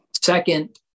Second